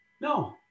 no